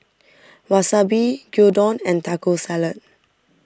Wasabi Gyudon and Taco Salad